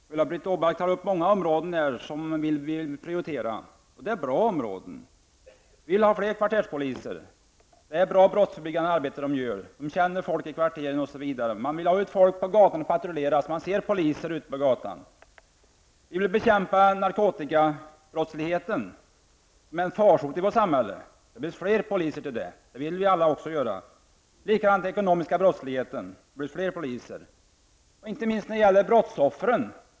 Fru talman! Ulla-Britt Åbark tar upp många områden som hon vill prioritera. Det är bra områden. Hon vill ha fler kvarterspoliser. De gör ett bra brottsförebyggande arbete. Poliserna känner folket i kvarteren. Hon vill ha ut poliser för att patrullera på gatorna. Ulla-Britt Åbark vill bekämpa narkotikabrottsligheten, som är en farsot i vårt samhälle. Det behövs fler poliser till det. Det vill vi andra också göra. Likadant är det med den ekonomiska brottsligheten. Det behövs fler poliser. Sedan har vi brottsoffren.